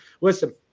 Listen